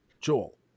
Joel